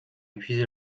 épuisé